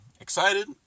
Excited